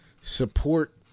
support